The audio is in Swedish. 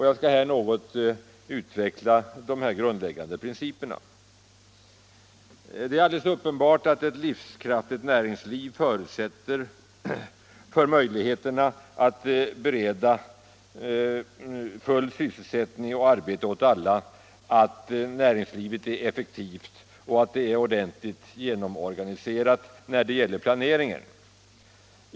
Jag skall här något utveckla dessa grundläggande principer. Det är alldeles uppenbart att ett livskraftigt näringsliv med möjligheter till full sysselsättning åt alla förutsätter att det är effektivt och ordentligt genomorganiserat när det gäller planeringen.